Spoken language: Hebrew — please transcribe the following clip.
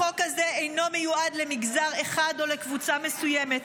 החוק הזה אינו מיועד למגזר אחד או לקבוצה מסוימת.